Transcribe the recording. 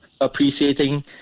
appreciating